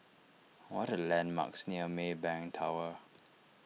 what are the landmarks near Maybank Tower